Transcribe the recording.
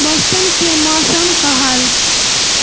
बोस्टनके मौसम का हाल